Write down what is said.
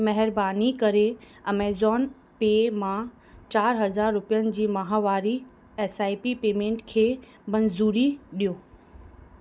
महिरबानी करे Amazon pay मां चारि हज़ार रुपियनि जी माहवारी एस आई पी पेमेंट खे मंज़ूरी ॾियो